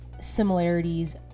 similarities